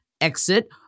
exit